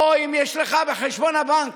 או אם יש לך בחשבון הבנק,